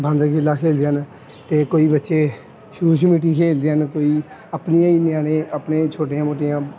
ਬਾਂਦਰ ਕਿੱਲਾ ਖੇਡਦੇ ਹਨ ਅਤੇ ਕੋਈ ਬੱਚੇ ਛੂ ਛਮਿਟੀ ਖੇਡਦੇ ਹਨ ਕੋਈ ਆਪਣੀਆਂ ਹੀ ਨਿਆਣੇ ਆਪਣੀਆਂ ਛੋਟੀਆਂ ਮੋਟੀਆਂ